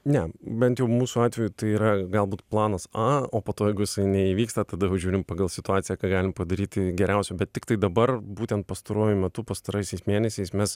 ne bent jau mūsų atveju tai yra galbūt planas a o po to jeigu jisai neįvyksta tada jau žiūrime pagal situaciją ką galim padaryti geriausio bet tiktai dabar būtent pastaruoju metu pastaraisiais mėnesiais mes